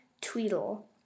Tweedle